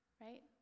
right